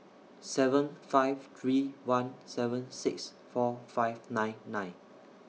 seven five three one seven six four five nine nine